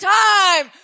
time